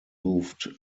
moved